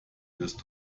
wirst